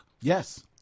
Yes